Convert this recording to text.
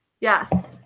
Yes